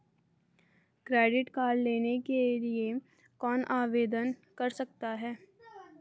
Credit card लेने के लिए कौन आवेदन कर सकता है?